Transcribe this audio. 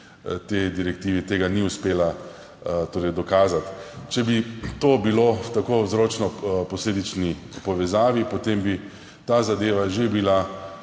te direktive ni uspelo tega dokazati. Če bi bilo to v tako vzročno posledični povezavi, potem bi ta zadeva že bila